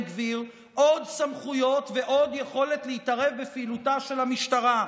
גביר עוד סמכויות ועוד יכולת להתערב בפעילותה של המשטרה.